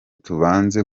tubanze